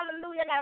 Hallelujah